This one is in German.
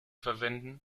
verwenden